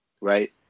right